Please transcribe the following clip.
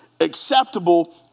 acceptable